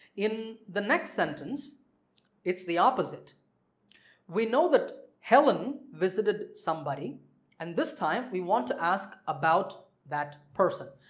in the next sentence it's the opposite we know that helen visited somebody and this time we want to ask about that person.